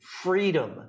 freedom